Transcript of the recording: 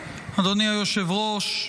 אדוני היושב-ראש,